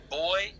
boy